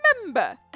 remember